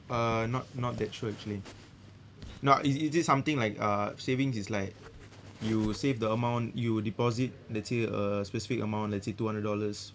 uh not not that sure actually not is is is it something like a savings is like you save the amount you deposit let's say a specific amount let's say two hundred dollars